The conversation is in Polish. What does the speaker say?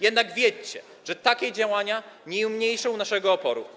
Jednak wiedzcie, że takie działania nie umniejszą naszego oporu.